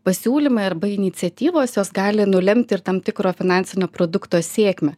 pasiūlymai arba iniciatyvos jos gali nulemt ir tam tikro finansinio produkto sėkmę